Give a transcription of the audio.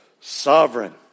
sovereign